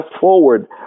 forward